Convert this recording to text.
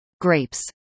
grapes